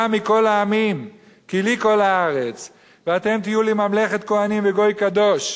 מכל העמים כי לי כל הארץ ואתם תהיו לי ממלכת כהנים וגוי קדוש".